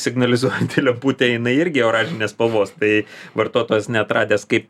signalizuojanti lemputė jinai irgi oranžinės spalvos tai vartotojas neatradęs kaip